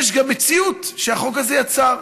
יש גם מציאות שהחוק הזה יצר,